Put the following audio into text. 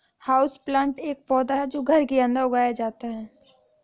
houseplant एक पौधा है जो घर के अंदर उगाया जाता है